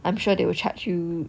I am sure they will charge you